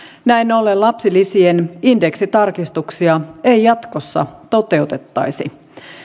näin ollen lapsilisien indeksitarkistuksia ei jatkossa toteutettaisi